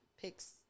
picks